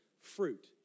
fruit